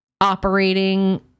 operating